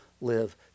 live